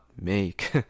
make